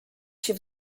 się